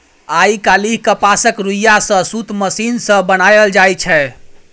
आइ काल्हि कपासक रुइया सँ सुत मशीन सँ बनाएल जाइ छै